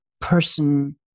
person